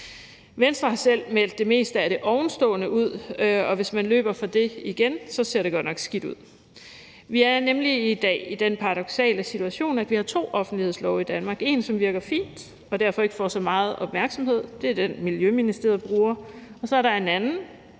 Venstre har selv meldt det meste af det ovenstående ud, og hvis man løber fra det igen, ser det godt nok skidt ud. Vi er nemlig i dag i den paradoksale situation, at vi har to offentlighedslove i Danmark. Den ene virker fint og får derfor ikke så meget opmærksomhed; det er den, Miljøministeriet bruger, og så er der en anden,